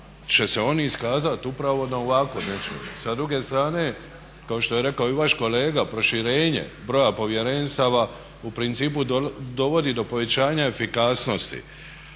će se oni iskazati upravo na ovako nečemu. Sa druge strane, kao što je rekao i vaš kolega, proširenje broja povjerenstava u principu dovodi do povećanja efikasnosti